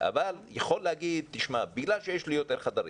אבל יכול להגיד שבגלל שיש לו יותר חדרים,